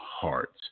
Hearts